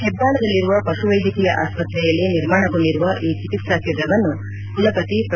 ಹೆಬ್ಬಾಳದಲ್ಲಿರುವ ಪಶುವೈದ್ಯಕೀಯ ಆಸ್ಪತ್ರೆಯಲ್ಲಿ ನಿರ್ಮಾಣಗೊಂಡಿರುವವೀ ಚಿಕಿತ್ಸಾ ಕೇಂದ್ರವನ್ನು ಕುಲಪತಿ ಪ್ರೊ